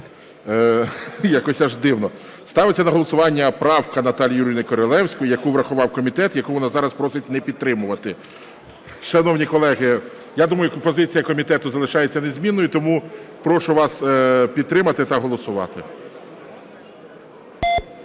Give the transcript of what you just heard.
Якось аж дивно. Ставиться на голосування правка Наталії Юріївни Королевської, яку врахував комітет, яку вона зараз просить не підтримувати. Шановні колеги, я думаю, позиція комітету залишається незмінною, тому прошу вас підтримати та голосувати.